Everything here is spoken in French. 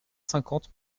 cinquante